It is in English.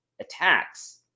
attacks